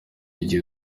gihe